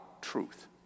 truth